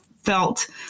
felt